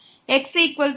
xrcos மற்றும் yrsin